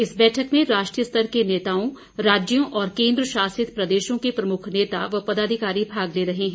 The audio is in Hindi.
इस बैठक में राष्ट्रीय स्तर के नेताओं राज्यों और केंद्र शासित प्रदेशों के प्रमुख नेता व पदाधिकारी भाग ले रहें है